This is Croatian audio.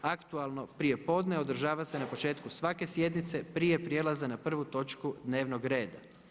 Aktualno prijepodne održava se na početku svake sjednice prije prijelaza na prvu točku dnevnog reda.